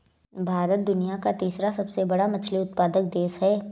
भारत दुनिया का तीसरा सबसे बड़ा मछली उत्पादक देश है